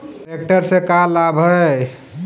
Tractor से का लाभ है?